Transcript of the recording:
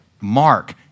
Mark